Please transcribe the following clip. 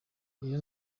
iyo